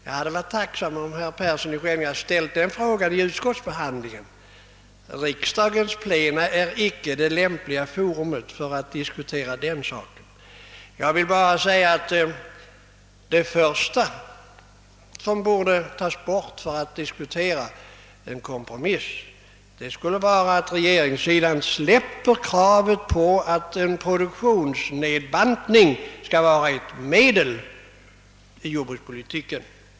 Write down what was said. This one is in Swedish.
Jag hade varit tacksam om herr Persson i Skänninge ställt den frågan under utskottsbehandlingen. Herr Persson i Skänninge vänder sig ju inte till rätt forum när han tar upp ärendet under plenum i kammaren. Jag vill bara säga att den första förutsättningen för att vi skall kunna diskutera en kompromiss är att regeringssidan släpper kravet på en produktionsnedbantninig som mål i jordbrukspolitiken.